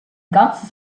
ganzes